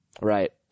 Right